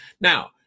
now